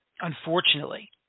unfortunately